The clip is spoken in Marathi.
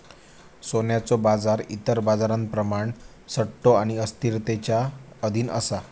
सोन्याचो बाजार इतर बाजारांप्रमाण सट्टो आणि अस्थिरतेच्या अधीन असा